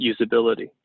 usability